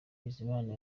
bizimana